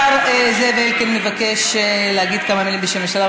השר זאב אלקין מבקש להגיד כמה מילים בשם הממשלה,